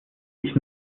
ich